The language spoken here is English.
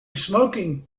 smoking